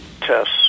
tests